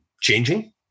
changing